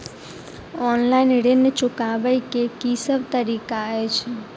Online ऋण चुकाबै केँ की सब तरीका अछि?